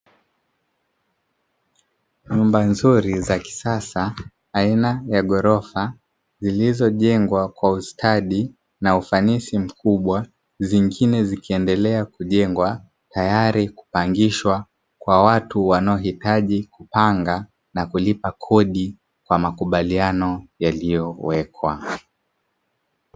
Nyumba nzuri za kisasa aina ya ghorofa zilizojengwa kwa ustadi na ufanisi mkubwa, zingine zikiendelea kujengwa tayari kupangishwa kwa watu wanaohitaji kupanga, na kulipa kodi kwa makubaliano yaliyowekwa.